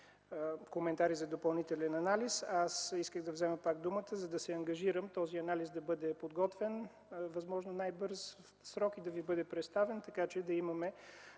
коментари за допълнителен анализ. Аз исках да взема пак думата, за да се ангажирам този анализ да бъде подготвен възможно в най-бърз срок и да Ви бъде представен, така че да имаме